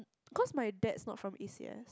cause my dad's not from A_C_S